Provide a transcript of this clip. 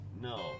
No